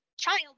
child